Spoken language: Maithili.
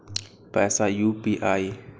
पैसा यू.पी.आई?